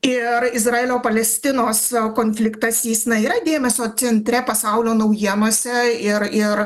ir izraelio palestinos konfliktas jis na yra dėmesio centre pasaulio naujienose ir ir